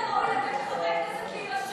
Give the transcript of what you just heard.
ומן הראוי לתת לחברי הכנסת להירשם.